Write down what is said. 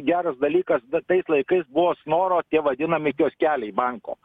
geras dalykas bet tais laikais buvo snoro tie vadinami kioskeliai banko